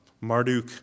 Marduk